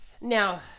Now